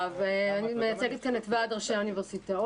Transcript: אני מייצגת כאן את ועד ראשי האוניברסיטאות,